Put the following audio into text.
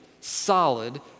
solid